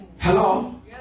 hello